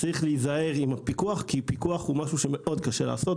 צריך להיזהר על הפיקוח כי פיקוח הוא משהו שמאוד קשה לעשות.